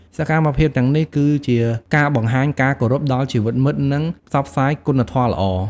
សកម្មភាពទាំងនេះគឺជាការបង្ហាញការគោរពដល់ជីវិតមិត្ត និងផ្សព្វផ្សាយគុណធម៌ល្អ។